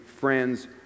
friends